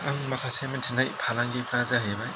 आं माखासे मिन्थिनाय फालांगिफ्रा जाहैबाय